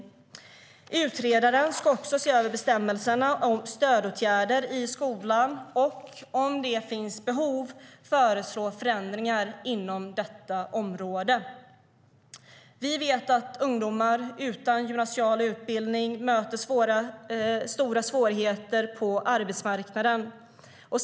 Utredaren ska också se över bestämmelserna om stödåtgärder i gymnasieskolan och, om det finns behov, föreslå förändringar inom detta område. Vi vet att ungdomar utan gymnasial utbildning möter stora svårigheter på arbetsmarknaden.